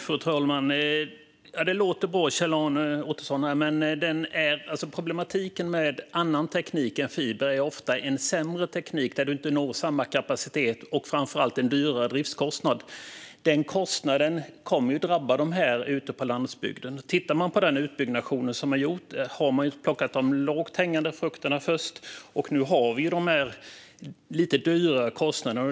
Fru talman! Det låter bra, Kjell-Arne Ottosson. Men problemet med annan teknik än fiber är att det ofta är en sämre teknik där man inte når samma kapacitet. Och framför allt är det en högre driftskostnad. Den kostnaden kommer att drabba dem ute på landsbygden. Man kan titta på den utbyggnad som är gjord. Man har plockat de lågt hängande frukterna först, och nu har vi de lite högre kostnaderna.